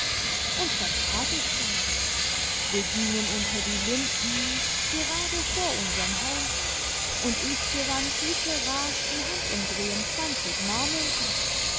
und das tat ich denn wir gingen unter die linden gerade vor unserm haus und ich gewann fite raasch im handumdrehen zwanzig marmeln ab